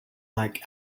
like